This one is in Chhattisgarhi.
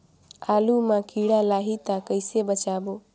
आलू मां कीड़ा लाही ता कइसे बचाबो?